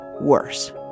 worse